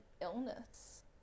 illness